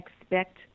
Expect